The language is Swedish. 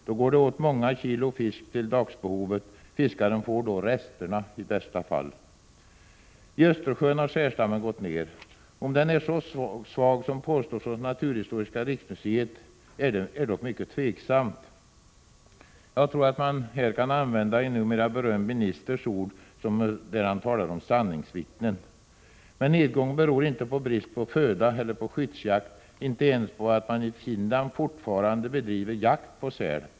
Då går det åt många kilo fisk till dagsbehovet. Fiskaren får då i bästa fall resterna. I Östersjön har sälstammen gått ner. Om den är så svag som påstås från naturhistoriska riksmuseet, är dock mycket tveksamt. Jag tror att man här kan använda en numera berömd ministers ord om sanningsvittnen. Men nedgången beror inte på brist på föda eller på skyddsjakt, inte ens på att man i Finland fortfarande bedriver jakt på säl.